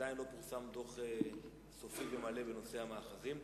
ועדיין לא פורסם דוח סופי ומלא בנושא המאחזים.